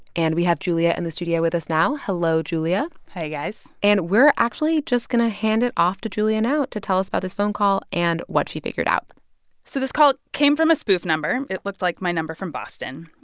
and we have julia in and the studio with us now. hello, julia hi, guys and we're actually just going to hand it off to julia now to tell us about this phone call and what she figured out so this call came from a spoof number. it looked like my number from boston,